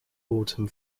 autumn